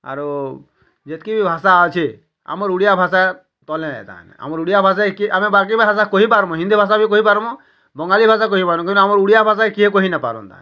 ଆରୁ ଯେତ୍କି ବି ଭାଷା ଅଛି ଆମର୍ ଓଡ଼ିଆ ଭାଷା ତଲେ ହେଁ ତାହାନେ ଆମର୍ ଓଡ଼ିଆ ଭାଷା ଏକକି ଆମେ ବାକି ଭାଷା କହିପାର୍ମୁଁ ହିନ୍ଦୀ ଭାଷା ବି କହିପାର୍ମୁଁ ବଙ୍ଗାଲି ଭାଷା କହିପାର୍ମୁଁ କିନ୍ତୁ ଆମର୍ ଓଡ଼ିଆ ଭାଷା କେହି କହି ନାଇପାରନ୍ ତାହେନେ